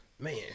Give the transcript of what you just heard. man